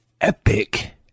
epic